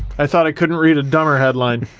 i thought i couldn't read a dumber headline.